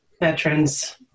veterans